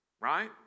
right